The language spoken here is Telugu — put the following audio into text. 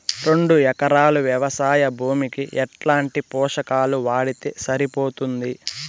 రెండు ఎకరాలు వ్వవసాయ భూమికి ఎట్లాంటి పోషకాలు వాడితే సరిపోతుంది?